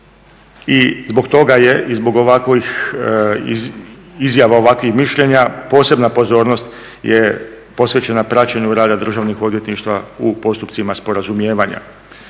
I zbog toga je i zbog ovakvih izjava i ovakvih mišljenja posebna pozornost posvećena praćenju rada državnih odvjetništava u postupcima sporazumijevanja.